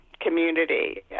community